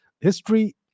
history